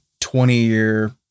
20-year